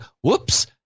whoops